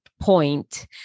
point